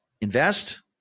invest